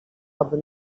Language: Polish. aby